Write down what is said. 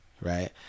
right